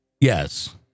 Yes